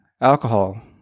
alcohol